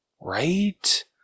right